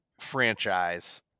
franchise